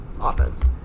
offense